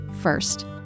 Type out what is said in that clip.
first